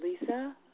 Lisa